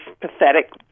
pathetic